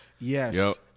Yes